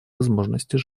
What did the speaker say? возможностей